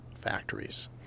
factories